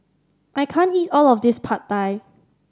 I can't eat all of this Pad Thai